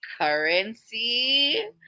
currency